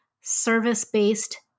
service-based